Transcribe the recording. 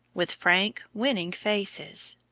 with frank, winning faces.